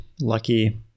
lucky